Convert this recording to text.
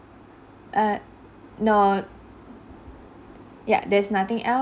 err no ya there's nothing el~